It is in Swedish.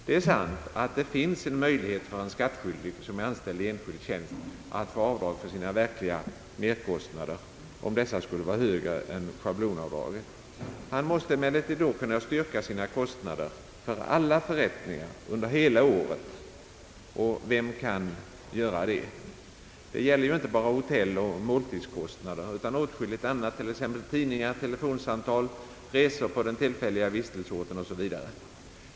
Det är sant att det finns möjlighet för en skattskyldig som är anställd i enskild tjänst att få avdrag för sina verkliga merkostnader om dessa skulle vara högre än schablonavdraget. Vederbörande måste emellertid då kunna styrka sina kostnader för alla förrättningar under hela året, och vem kan göra det? Det gäller ju inte bara hotelloch måltidskostnader utan åtskilligt annat, t.ex. tidningar, telefonsamtal, resor på den tillfälliga vistelseorten o. s. v.